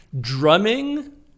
drumming